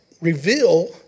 reveal